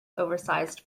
oversized